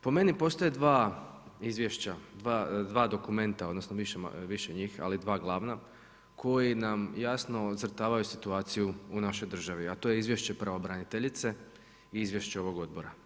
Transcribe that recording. Po meni postoje dva izvješća, dva dokumenta odnosno više njih, ali dva glavna, koji nam jasno ocrtavaju situaciju u našoj državi, a to je izvješće pravobraniteljice i izvješće ovog odbora.